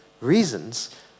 reasons